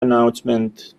announcement